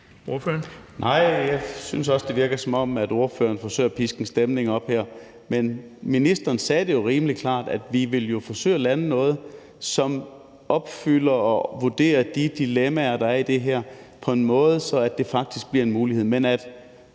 jeg synes også, det virker, som om ordføreren forsøger at piske en stemning op her. Men ministeren sagde det jo rimelig klart, altså at vi vil forsøge at lande noget, som vurderer de dilemmaer, der er i det her, på en måde, så det faktisk bliver en mulighed. Men det